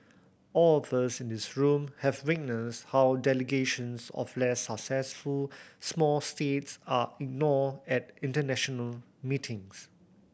all of us in this room have witnessed how delegations of less successful small states are ignored at international meetings